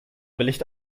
willigt